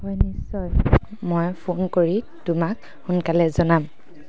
হয় নিশ্চয় মই ফোন কৰি তোমাক সোনকালে জনাম